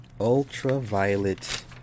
Ultraviolet